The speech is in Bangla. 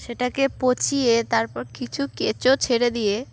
সেটাকে পচিয়ে তারপর কিছু কেঁচো ছেড়ে দিয়ে